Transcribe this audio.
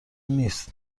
نیست